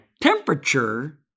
temperature